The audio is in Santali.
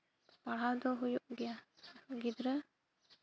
ᱯᱟᱲᱦᱟᱣ ᱫᱚ ᱦᱩᱭᱩᱜ ᱜᱮᱭᱟ ᱜᱤᱫᱽᱨᱟᱹ